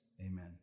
Amen